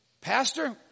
Pastor